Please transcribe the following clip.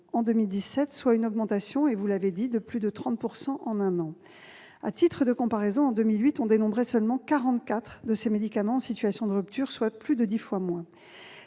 en 2017, soit une augmentation de plus de 30 % en un an. À titre de comparaison, en 2008, on dénombrait seulement 44 de ces médicaments en situation de rupture, soit plus de dix fois moins.